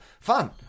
Fun